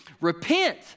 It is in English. repent